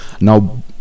Now